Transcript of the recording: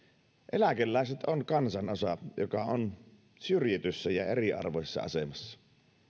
eläkeläiset on kansanosa joka on syrjityssä ja eriarvoisessa asemassa